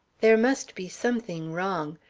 there must be something wrong.